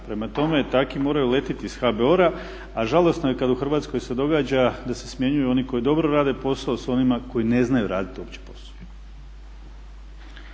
Prema tome, takvi moraju letiti iz HBOR-a. Ali žalosno je kada se u Hrvatskoj događa da se smjenjuju oni koji dobro rade posao s onima koji ne znaju raditi uopće posao.